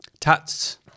tats